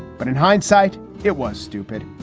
but in hindsight, it was stupid.